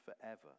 forever